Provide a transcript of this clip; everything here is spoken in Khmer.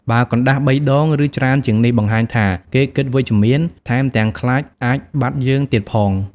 បើកណ្តាស់បីដងឬច្រើនជាងនេះ បង្ហាញថា គេគិតវិជ្ជមាន ថែមទាំងខ្លាចអាចបាត់យើងទៀតផង!